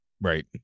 Right